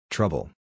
Trouble